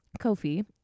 kofi